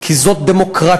כי זאת דמוקרטיה,